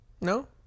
No